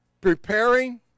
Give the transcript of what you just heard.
preparing